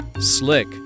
slick